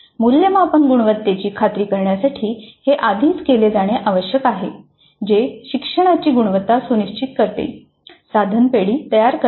मूल्यमापन गुणवत्तेची खात्री करण्यासाठी हे आधीच केले जाणे आवश्यक आहे जे शिक्षणाची गुणवत्ता सुनिश्चित करते साधन पेढी तयार करणे